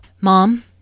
Mom